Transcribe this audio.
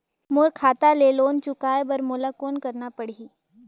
मोर खाता ले लोन चुकाय बर मोला कौन करना पड़ही?